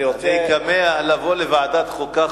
אני כמה לבוא לוועדת חוקה,